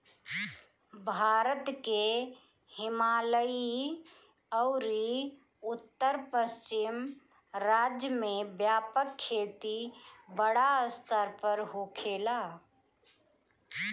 भारत के हिमालयी अउरी उत्तर पश्चिम राज्य में व्यापक खेती बड़ स्तर पर होखेला